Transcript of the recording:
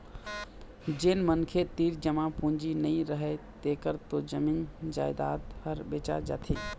जेन मनखे तीर जमा पूंजी नइ रहय तेखर तो जमीन जयजाद ह बेचा जाथे